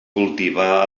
cultivà